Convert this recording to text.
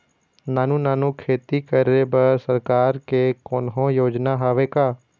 नानू नानू खेती करे बर सरकार के कोन्हो योजना हावे का?